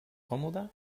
còmoda